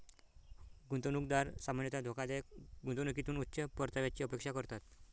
गुंतवणूकदार सामान्यतः धोकादायक गुंतवणुकीतून उच्च परताव्याची अपेक्षा करतात